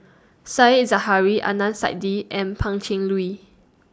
Said Zahari Adnan Saidi and Pan Cheng Lui